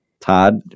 Todd